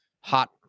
hot